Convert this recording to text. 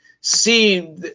see